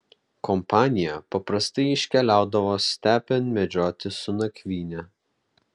kompanija paprastai iškeliaudavo stepėn medžioti su nakvyne